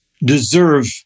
deserve